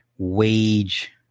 Wage